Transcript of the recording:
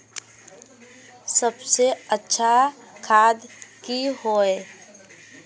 सबसे अच्छा खाद की होय?